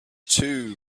too